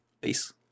Peace